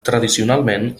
tradicionalment